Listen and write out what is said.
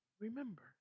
Remember